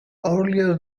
earlier